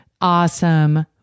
Awesome